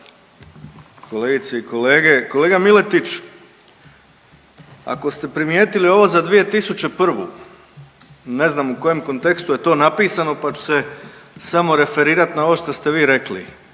Kolegice i kolege, kolega Miletić ako ste primijetili ovo za 2001., ne znam u kojem kontekstu je to napisano pa ću se samo referirati na ovo što ste vi rekli.